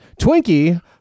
Twinkie